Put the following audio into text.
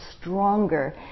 stronger